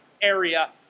area